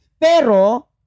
Pero